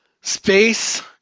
Space